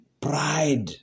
pride